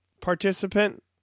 participant